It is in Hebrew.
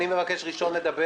אני מבקש ראשון לדבר.